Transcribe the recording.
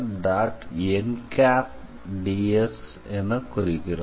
nds என குறிக்கிறோம்